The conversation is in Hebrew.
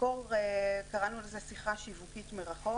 במקור קראנו לזה "שיחת שיווק מרחוק"